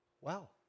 Wow